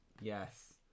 Yes